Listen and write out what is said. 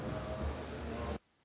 Hvala